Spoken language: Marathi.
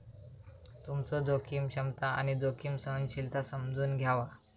तुमचो जोखीम क्षमता आणि जोखीम सहनशीलता समजून घ्यावा